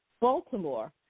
Baltimore